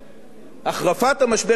אין ההבדל בין 2.5% ל-3%,